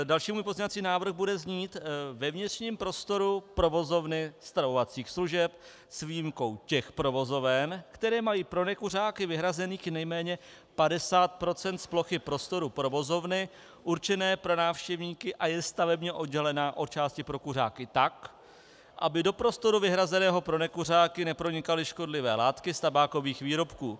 Další můj pozměňovací návrh bude znít: Ve vnitřním prostoru provozovny stravovacích služeb s výjimkou těch provozoven, které mají pro nekuřáky vyhrazených nejméně 50 % z plochy prostoru provozovny určené pro návštěvníky a je stavebně oddělená od části pro kuřáky tak, aby do prostoru vyhrazeného pro nekuřáky nepronikaly škodlivé látky z tabákových výrobků.